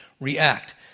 react